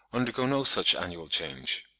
undergo no such annual change.